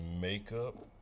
makeup